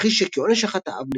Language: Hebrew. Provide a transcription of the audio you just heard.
המכריז שכעונש על חטאיו,